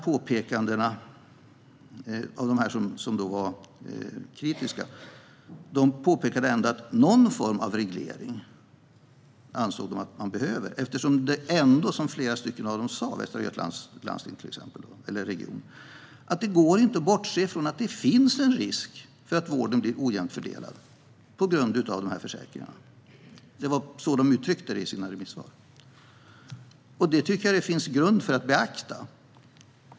Flera av de som var kritiska, bland annat Västra Götalandsregionen, påpekade ändå att det behövs någon form av reglering, eftersom det ändå inte går att bortse från att det finns en risk att vården blir ojämlikt fördelad, på grund av försäkringarna. Det var på det sättet de uttryckte det i sina remissvar. Jag tycker att det finns grund för att beakta det.